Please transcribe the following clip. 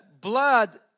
blood